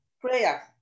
Prayer